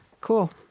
cool